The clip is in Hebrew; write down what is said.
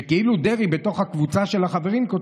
שכאילו דרעי כותב בתוך הקבוצה של החברים: